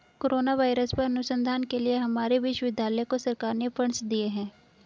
corona virus पर अनुसंधान के लिए हमारे विश्वविद्यालय को सरकार ने फंडस दिए हैं